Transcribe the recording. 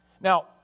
Now